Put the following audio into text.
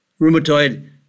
rheumatoid